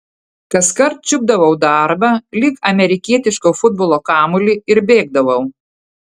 kaskart čiupdavau darbą lyg amerikietiško futbolo kamuolį ir bėgdavau